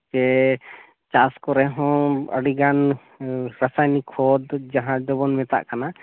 ᱥᱮ ᱪᱟᱥ ᱠᱚᱨᱮ ᱦᱚᱸ ᱟᱹᱰᱤᱜᱟᱱ ᱨᱟᱥᱟᱭᱚᱱᱤᱠ ᱠᱷᱚᱛ ᱫᱚ ᱡᱟᱦᱟᱸ ᱫᱚᱵᱚᱱ ᱢᱮᱛᱟᱜ ᱠᱟᱱᱟ